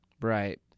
Right